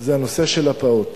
זה נושא הפעוט.